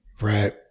Right